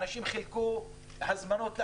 הם כבר חילקו הזמנות,